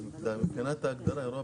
ההגדרה.